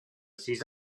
sis